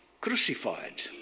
crucified